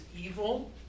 evil